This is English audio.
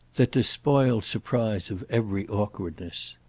that despoiled surprise of every awkwardness.